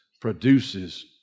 produces